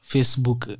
Facebook